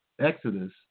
Exodus